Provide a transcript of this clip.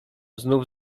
znów